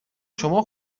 شما